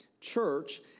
church